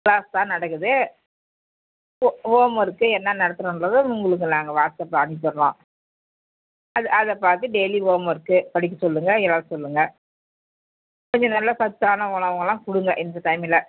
class தான் நடக்குது home work என்ன நடத்துறோன்றதை உங்களுக்கு நாங்கள் வாட்ஸப்பில் அனுப்புகிறோம் அதை அதை பார்த்து டெய்லி ஹோம் ஒர்க்கு படிக்க சொல்லுங்கள் எழுத சொல்லுங்கள் கொஞ்சம் நல்ல சத்தான உணவுலாம் கொடுங்க இந்த டைமில்